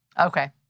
Okay